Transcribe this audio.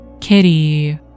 Kitty